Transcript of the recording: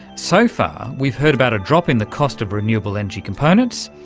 so far we've heard about a drop in the cost of renewable energy components,